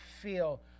feel